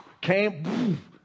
came